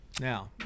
Now